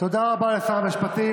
תודה רבה לשר המשפטים.